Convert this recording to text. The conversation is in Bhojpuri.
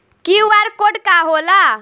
क्यू.आर कोड का होला?